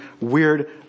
weird